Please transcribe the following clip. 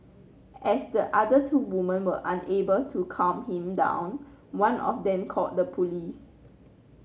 as the other two women were unable to calm him down one of them called the police